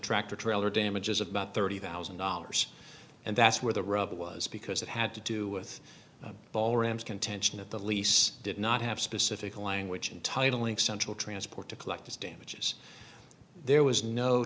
tractor trailor damages about thirty thousand dollars and that's where the rub was because it had to do with ball rams contention that the lease did not have specific language in titling central transport to collect its damages there was no